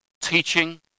teaching